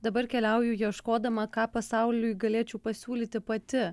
dabar keliauju ieškodama ką pasauliui galėčiau pasiūlyti pati